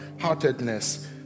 heartedness